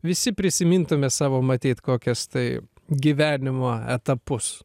visi prisimintume savo matyt kokias tai gyvenimo etapus